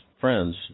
friends